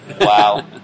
Wow